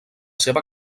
seva